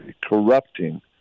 corrupting